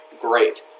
Great